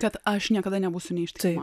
kad aš niekada nebūsiu neištikima